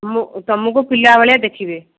ମୁଁ ତୁମକୁ ପିଲା ଭଳିଆ ଦେଖିବେ